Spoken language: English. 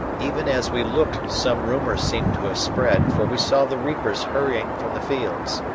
even as we looked some rumour seemed to have spread, for we saw the reapers hurrying from the fields.